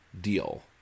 deal